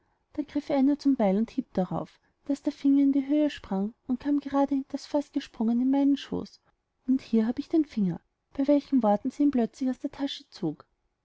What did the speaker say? da griff einer zum beil und hieb darauf daß der finger in die höhe sprang und kam gerade hinters faß gesprungen in meinen schooß und hier hab ich den finger bei welchen worten sie ihn plötzlich aus der tasche zog